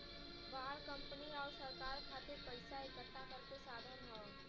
bond company आउर सरकार खातिर पइसा इकठ्ठा करे क साधन हौ